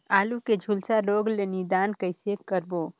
आलू के झुलसा रोग ले निदान कइसे करबो?